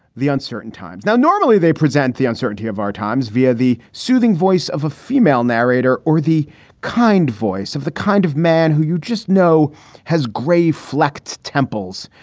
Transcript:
the uncertain times. now, normally, they present the uncertainty of our times via the soothing voice of a female narrator or the kind voice of the kind of man who you just know has gray flecked temples.